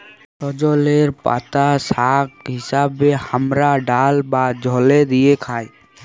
সজলের পাতা শাক হিসেবে হামরা ডাল বা ঝলে দিয়ে খাই